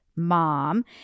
mom